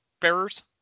bearers